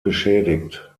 beschädigt